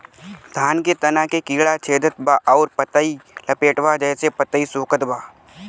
धान के तना के कीड़ा छेदत बा अउर पतई लपेटतबा जेसे पतई सूखत बा?